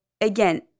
again